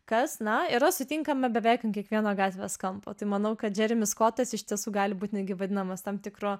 kas na yra sutinkame beveik ant kiekvieno gatvės kampo tai manau kad džeremis skotas iš tiesų gali būti netgi vadinamas tam tikru